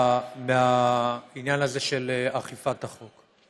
להתחמק מהעניין הזה של אכיפת החוק.